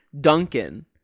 Duncan